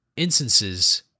instances